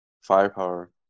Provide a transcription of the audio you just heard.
firepower